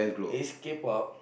it's K-pop